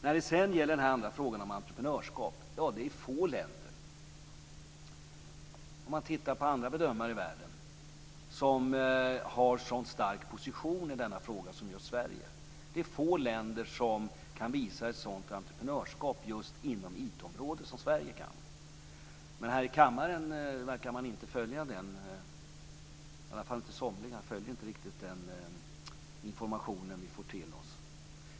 När det sedan gäller frågan om entreprenörskap vill jag säga att om man tittar på andra bedömare är det få länder som har sådan stark position i denna fråga som just Sverige. Det är få länder som kan visa ett sådant entreprenörskap just inom IT-området som Sverige. Men här i kammaren verkar somliga inte följa den information vi får till oss.